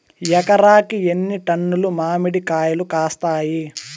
ఎకరాకి ఎన్ని టన్నులు మామిడి కాయలు కాస్తాయి?